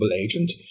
agent